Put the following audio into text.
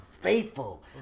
faithful